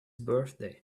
birthday